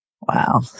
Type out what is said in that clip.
Wow